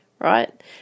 Right